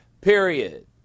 period